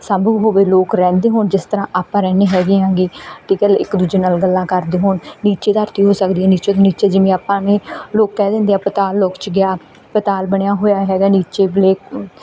ਸੰਭਵ ਹੋਵੇ ਲੋਕ ਰਹਿੰਦੇ ਹੋਣ ਜਿਸ ਤਰ੍ਹਾਂ ਆਪਾਂ ਰਹਿੰਦੇ ਹੈਗੇ ਹੈਗੇ ਠੀਕ ਹੈ ਇੱਕ ਦੂਜੇ ਨਾਲ ਗੱਲਾਂ ਕਰਦੇ ਹੋਣ ਨੀਚੇ ਧਰਤੀ ਹੋ ਸਕਦੀ ਆ ਨੀਚੇ ਤੋਂ ਨੀਚੇ ਜਿਵੇਂ ਆਪਾਂ ਨੇ ਲੋਕ ਕਹਿ ਦਿੰਦੇ ਆ ਪਤਾਲ ਲੋਕ 'ਚ ਗਿਆ ਪਤਾਲ ਬਣਿਆ ਹੋਇਆ ਹੈਗਾ ਨੀਚੇ ਬਲੇਕ